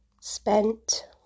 spent